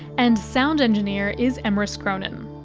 and sound engineer is emrys cronin.